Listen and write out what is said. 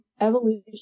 Evolution